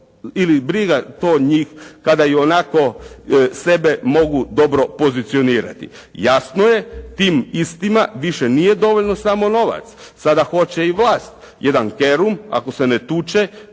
ili briga to njih kada ionako sebe mogu dobro pozicionirati. Jasno je, tim istima više nije dovoljno samo novac, sada hoće i vlast. Jedan Kerum, ako se ne tuče